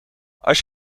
als